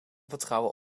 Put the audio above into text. vertrouwen